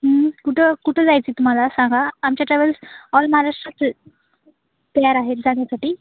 कुठं कुठं जायचं आहे तुम्हाला सांगा आमच्या ट्रॅव्हल्स ऑल महाराष्ट्रात तयार आहेत जाण्यासाठी